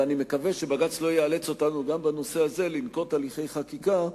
ואני מקווה שבג"ץ לא יאלץ אותנו גם בנושא הזה לנקוט הליכי חקיקה,